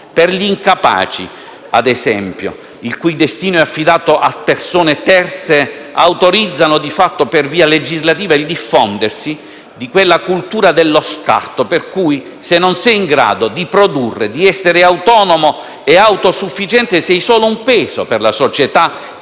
e gli incapaci, ad esempio, il cui destino è affidato a persone terze, autorizzano di fatto, per via legislativa, il diffondersi di quella cultura dello scarto, per cui se non sei in grado di produrre e di essere autonomo e autosufficiente, sei solo un peso per la società